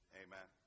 amen